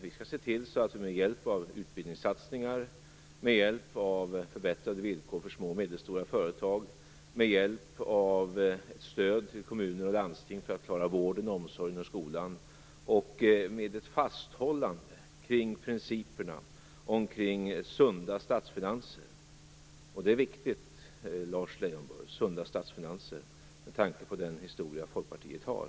Det gör vi med hjälp av utbildningssatsningar, med hjälp av förbättrade villkor för små och medelstora företag, med hjälp av ett stöd till kommuner och landsting för att klara vården, omsorgen och skolan och med ett fasthållande kring principerna omkring sunda statsfinanser. Sunda statsfinanser är viktigt, Lars Leijonborg, med tanke på den historia Folkpartiet har.